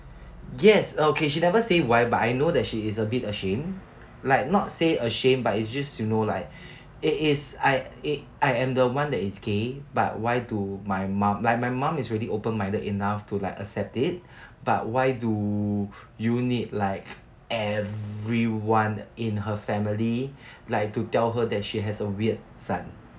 yes okay she never say why but I know that she is a bit ashamed like not say ashamed but it's just you know like it is I eh I am the one that is gay but why to my mum like my mum is really open minded enough to like accept it but why do you need like everyone in her family to like tell her that she has a weird son